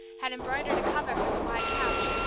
had embroidered a cover for the wide couch,